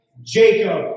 Jacob